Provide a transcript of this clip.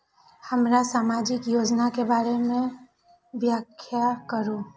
हमरा सामाजिक योजना के बारे में व्याख्या करु?